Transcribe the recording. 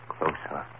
Closer